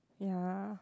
ya